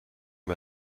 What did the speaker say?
wir